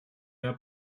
mehr